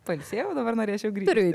pailsėjau dabar norėčiau grįžti